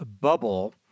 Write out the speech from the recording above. Bubble